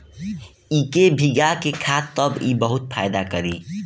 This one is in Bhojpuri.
इके भीगा के खा तब इ बहुते फायदा करि